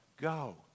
Go